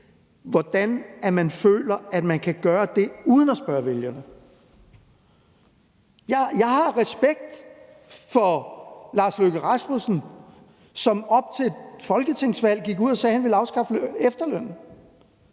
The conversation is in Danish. at man føler, at man kan gøre det uden at spørge vælgerne. Jeg har respekt for Lars Løkke Rasmussen, som op til et folketingsvalg gik ud og sagde, at han ville afskaffe efterlønnen,